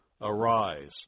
Arise